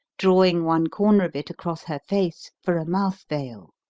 drawing one corner of it across her face for a mouth-veil.